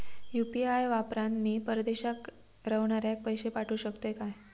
UPI वापरान मी परदेशाक रव्हनाऱ्याक पैशे पाठवु शकतय काय?